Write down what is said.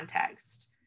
context